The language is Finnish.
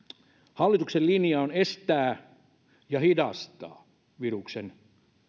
hallituksen linja on estää ja hidastaa viruksen